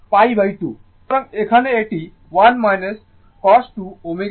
সুতরাং এখানে এটি 1 cos 2 ω t2